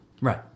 Right